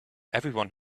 everyone